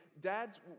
dads